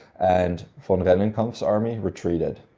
and von rennenkampff's army retreated.